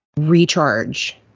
recharge